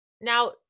Now